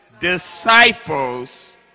disciples